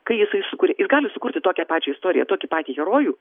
kai jisai sukuria ir gali sukurti tokią pačią istoriją tokį patį herojų